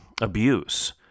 abuse